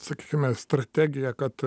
sakykime strategija kad